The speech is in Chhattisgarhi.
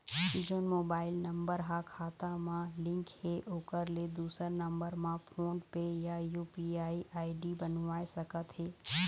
जोन मोबाइल नम्बर हा खाता मा लिन्क हे ओकर ले दुसर नंबर मा फोन पे या यू.पी.आई आई.डी बनवाए सका थे?